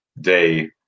day